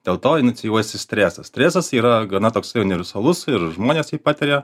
dėl to inicijuosi stresas stresas yra gana toksai universalus ir žmonės jį patiria